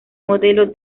modelo